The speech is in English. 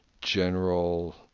general